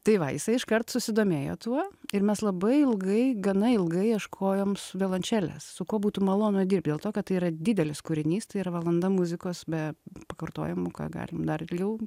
tai va jisai iškart susidomėjo tuo ir mes labai ilgai gana ilgai ieškojom su violončele su kuo būtų malonu dirbti dėl to kad tai yra didelis kūrinys tai ir valanda muzikos be pakartojimų ką galim dar ilgiau